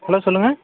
hello சொல்லுங்கள்